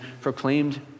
proclaimed